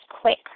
quick